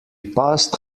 passed